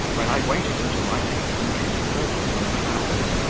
where i waited until my patron came forth from the house,